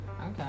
Okay